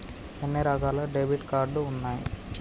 ఎన్ని రకాల debit card ఉన్నాయి?